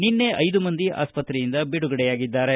ನಿನ್ನೆ ಐದು ಮಂದಿ ಆಸ್ಪತ್ರೆಯಿಂದ ಬಿಡುಗಡೆಯಾಗಿದ್ದಾರೆ